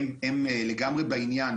הן לגמרי בעניין,